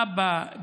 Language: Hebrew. אבא,